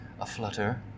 aflutter